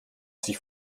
sich